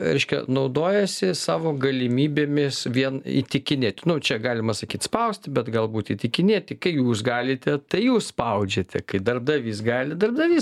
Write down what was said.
reiškia naudojasi savo galimybėmis vien įtikinėti nu čia galima sakyt spausti bet galbūt įtikinėti kai jūs galite tai jūs spaudžiate kai darbdavys gali darbdavys